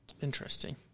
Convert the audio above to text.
Interesting